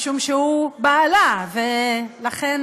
משום שהוא בעלה ולכן